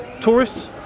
Tourists